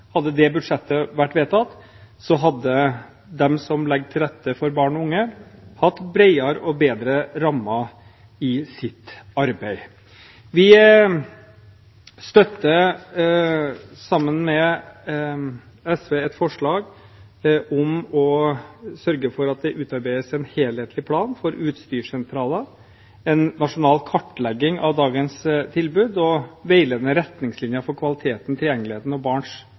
Hadde det budsjettet vært vedtatt, hadde de som legger til rette for barn og unge, hatt bredere og bedre rammer for sitt arbeid. Sammen med SV har vi et forslag om å sørge for at det utarbeides en helhetlig plan for utstyrssentraler, en nasjonal kartlegging av dagens tilbud og veiledende retningslinjer for kvaliteten, tilgjengeligheten og barns